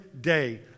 day